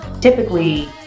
Typically